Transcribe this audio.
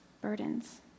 burdens